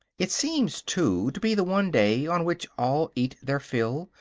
it seems, too, to be the one day on which all eat their fill,